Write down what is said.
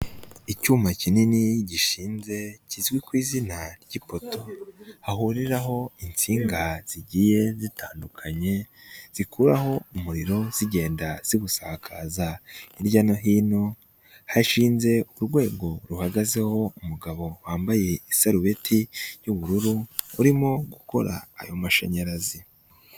Icyuma kinini gishinze kizwi ku izina ry'ipoto hahuriraho insinga zigiye zitandukanye zikuraho umuriro zigenda ziwusakaza hirya no hino, hashinze urwego ruhagazeho umugabo wambaye isarubeti y'ubururu urimo gukora ayo mashanyarazi.